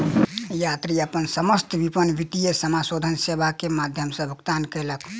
यात्री अपन समस्त विपत्र विद्युतीय समाशोधन सेवा के माध्यम सॅ भुगतान कयलक